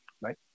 right